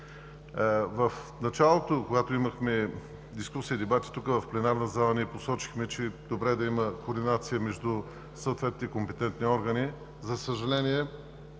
В началото, когато имахме дискусии и дебати в пленарната зала, посочихме, че е добре да има координация между съответните компетентни органи. За съжаление,